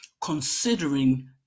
considering